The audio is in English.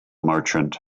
merchant